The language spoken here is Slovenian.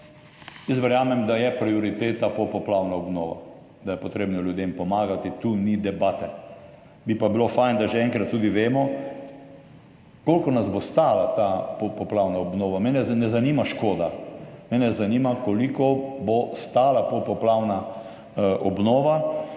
Verjamem, da je prioriteta popoplavna obnova, da je potrebno ljudem pomagati, tu ni debate, bi pa bilo fajn, da že enkrat tudi vemo, koliko nas bo stala ta popoplavna obnova. Mene ne zanima škoda, mene zanima, koliko bo stala popoplavna obnova.